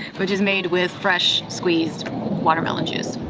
which is made with fresh-squeezed watermelon juice.